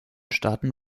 staaten